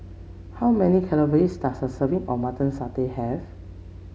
how many calories does a serving of Mutton Satay have